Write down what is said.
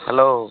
hello